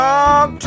Talk